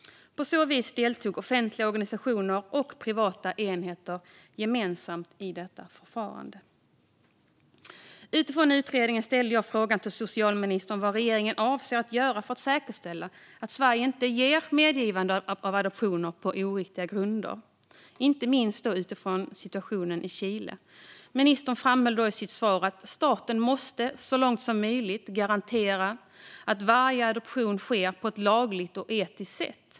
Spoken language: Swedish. På så vis deltog offentliga organisationer och privata enheter gemensamt i detta förfarande. Utifrån utredningen frågade jag socialministern vad regeringen avser att göra för att säkerställa att Sverige inte medger adoptioner på oriktiga grunder, inte minst utifrån situationen i Chile. Ministern framhöll i sitt svar att staten så långt som möjligt måste garantera att varje adoption sker på ett lagligt och etiskt sätt.